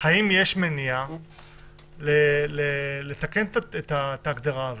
האם יש מניעה לתקן את ההגדרה הזאת?